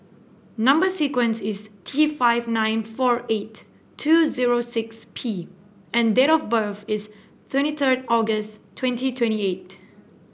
number sequence is T five nine four eight two zero six P and date of birth is twenty third August twenty twenty eight